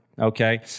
okay